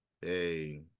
hey